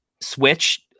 switch